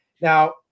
now